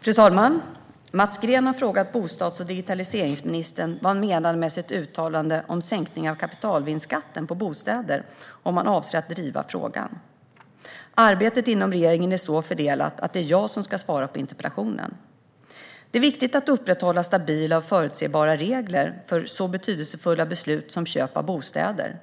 Fru talman! Mats Green har frågat bostads och digitaliseringsministern vad han menade med sitt uttalande om en sänkning av kapitalvinstskatten på bostäder och om han avser att driva frågan. Arbetet inom regeringen är så fördelat att det är jag som ska svara på interpellationen. Det är viktigt att upprätthålla stabila och förutsebara regler för så betydelsefulla beslut som köp av bostäder.